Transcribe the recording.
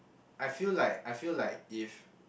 I feel like I feel like if